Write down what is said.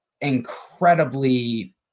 incredibly